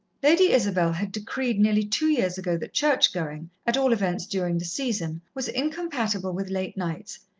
lady isabel had decreed nearly two years ago that church-going, at all events during the season, was incompatible with late nights,